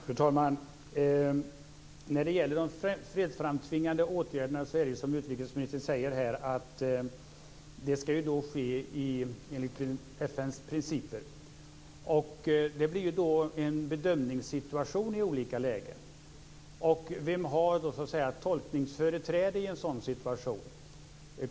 Fru talman! När det gäller de fredsframtvingande åtgärderna är det så som utrikesministern här säger. De skall ske enligt FN:s principer. Det blir en bedömningssituation i olika lägen. Vem har tolkningsföreträde i en sådan situation?